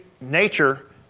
nature